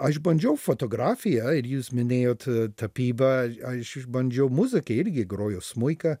aš bandžiau fotografiją ir jūs minėjot tapybą aš išbandžiau muziką irgi grojau smuiką